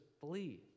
flee